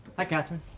hi, katherine.